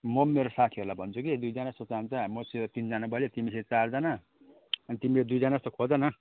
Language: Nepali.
म पनि मेरो साथीहरूलाई भन्छु कि दुईजना जस्तो जान्छ मसित तिनजना भयो तिमीसित चारजना अन्त तिमीले दुईजना जस्तो खोज न